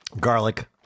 garlic